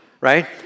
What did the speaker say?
right